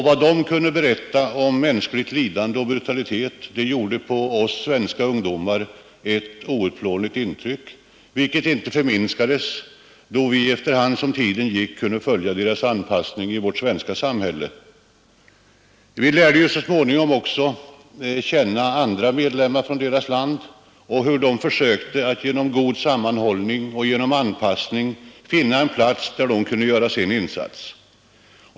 Vad de kunde berätta om mänskligt lidande och brutalitet gjorde på oss svenska ungdomar ett outplånligt intryck, vilket inte förminskades, då vi efter hand som tiden gick kunde följa deras anpassning i vårt svenska samhälle. Så småningom lärde vi även känna andra medlemmar från deras land och upplevde hur de försökte att genom god sammanhållning och anpassning finna en plats, där de kunde göra sin insats.